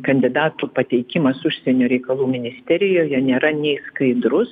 kandidatų pateikimas užsienio reikalų ministerijoje nėra nei skaidrus